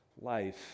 life